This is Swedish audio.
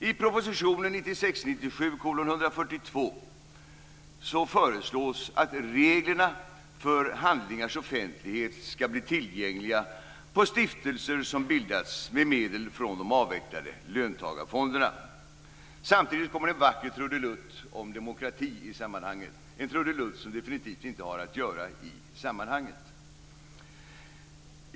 I propositionen 1996/97:142 föreslås att reglerna för handlingars offentlighet skall bli tillämpliga på stiftelser som bildats med medel från de avvecklade löntagarfonderna. Samtidigt kommer en vacker trudelutt om demokrati, en trudelutt som definitivt inte har i det sammanhanget att göra.